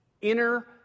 inner